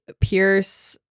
Pierce